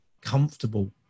comfortable